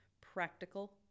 practical